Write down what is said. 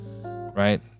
Right